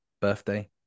birthday